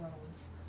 roads